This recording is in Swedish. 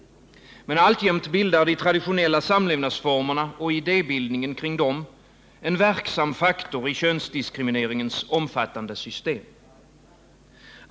Men alltjämt bildar de traditionella samlevnadsformerna och idébildningen kring dem en verksam faktor i könsdiskrimineringens omfattande system.